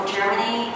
Germany